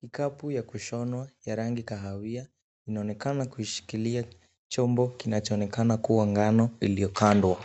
Kikapu ya kushonwa ya rangi kahawia inaonekana kuishikilia chombo kinachoonekana kuwa ngano iliyokandwa.